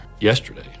yesterday